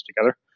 together